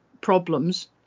problems